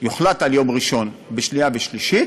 יוחלט על יום ראשון בשנייה ושלישית,